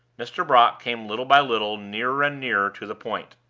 mr. brock came little by little nearer and nearer to the point.